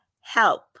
help